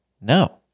No